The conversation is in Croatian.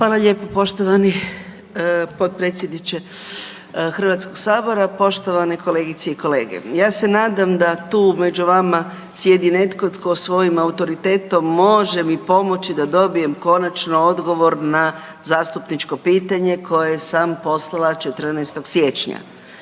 Hvala lijepo poštovani potpredsjedniče HS-a, poštovane kolegice i kolege. Ja se nadam da tu među vama sjedi netko tko svojim autoritetom može mi pomoći da dobijem konačno odgovor na zastupničko pitanje koje sam poslala 14. siječnja